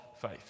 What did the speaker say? faith